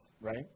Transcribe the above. right